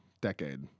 decade